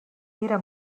era